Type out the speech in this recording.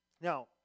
Now